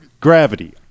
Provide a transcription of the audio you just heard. gravity